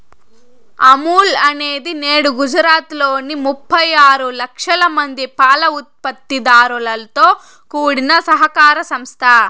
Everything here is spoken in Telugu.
అమూల్ అనేది నేడు గుజరాత్ లోని ముప్పై ఆరు లక్షల మంది పాల ఉత్పత్తి దారులతో కూడిన సహకార సంస్థ